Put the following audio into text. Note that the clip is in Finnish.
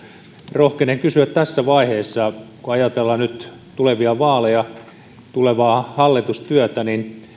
rohkenen kysyä tässä vaiheessa kun ajatellaan nyt tulevia vaaleja ja tulevaa hallitustyötä